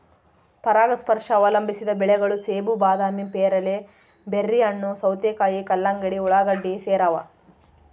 ಪರಾಗಸ್ಪರ್ಶ ಅವಲಂಬಿಸಿದ ಬೆಳೆಗಳು ಸೇಬು ಬಾದಾಮಿ ಪೇರಲೆ ಬೆರ್ರಿಹಣ್ಣು ಸೌತೆಕಾಯಿ ಕಲ್ಲಂಗಡಿ ಉಳ್ಳಾಗಡ್ಡಿ ಸೇರವ